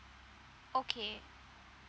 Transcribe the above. okay